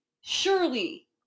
surely